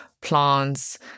plants